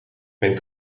mijn